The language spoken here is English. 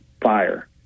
fire